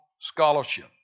scholarship